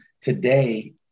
today